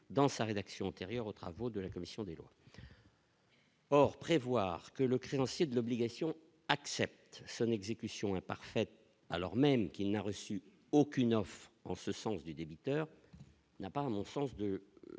dans sa rédaction antérieure aux travaux de la commission des lois. Or, prévoir que le créancier de l'obligation accepte son exécution est parfaite, alors même qu'il n'a reçu aucune offre en ce sens du débiteur n'a pas en enfance